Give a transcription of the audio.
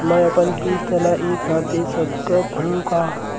मै अपन किस्त ल एक साथ दे सकत हु का?